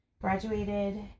graduated